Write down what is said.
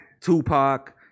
Tupac